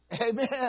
Amen